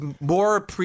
more